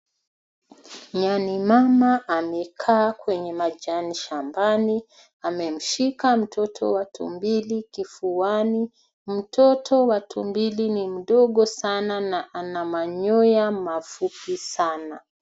Nyani mama amekaa kwenye majani shambani, amemshika mtoto wa tumbili kifuani. Mtoto wa tumbili ni mdogo sana, na ana manyoya mafupi sana.